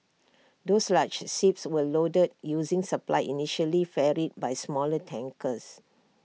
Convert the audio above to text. those large ships were loaded using supply initially ferried by smaller tankers